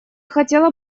хотела